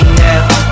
now